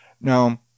Now